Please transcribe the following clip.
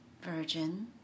virgin